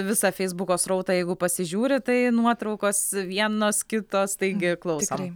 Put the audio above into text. visą feisbuko srautą jeigu pasižiūri tai nuotraukos vienos kitos taigi klausom